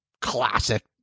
classic